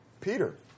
Peter